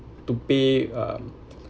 to pay um